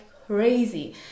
crazy